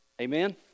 Amen